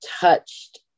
touched